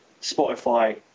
Spotify